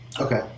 Okay